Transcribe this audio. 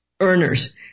Earners